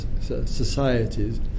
societies